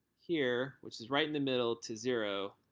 here, which is right in the middle, to zero,